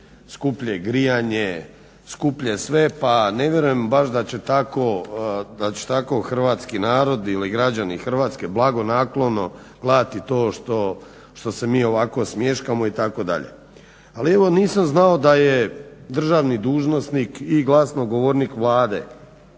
skuplje grijanje, skuplje sve pa ne vjerujem baš da će tako hrvatski narod ili građani Hrvatske blagonaklono gledati to što se mi ovako smješkamo itd. Ali evo nisam znao da je državni dužnosnik i glasnogovornik Vlade.